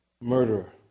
murderer